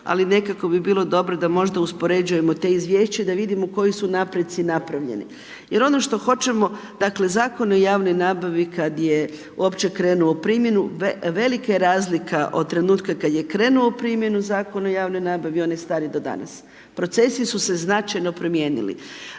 ali nekako bi bilo dobro da možda uspoređujemo da izvješća da vidimo koji su napreci napravljeni jer ono što hoćemo, dakle Zakon o javnoj nabavi kad je uopće krenuo u primjenu, velika je razlika od trenutka kad je krenuo u primjenu Zakon o javnoj nabavi, on je star i do danas, procesi su se značajno promijenili.